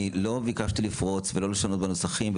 אני לא ביקשתי לפרוץ ולא לשנות בנוסחים,